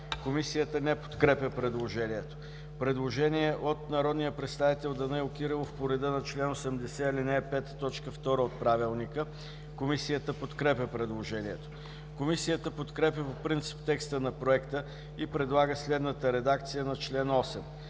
Комисията не подкрепя предложението. Предложение от народния представител Данаил Кирилов по реда на чл. 80, ал. 5, т. 2 от Правилника. Комисията подкрепя предложението. Комисията подкрепя по принцип текста на проекта и предлага следната редакция на чл. 8: